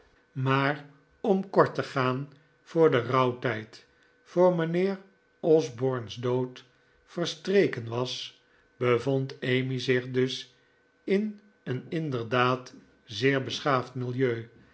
maar om kort te gaan voor de rouwtijd voor mijnheer osborne's dood verstreken was bevond emmy zich dus in een inderdaad zeer beschaafd milieu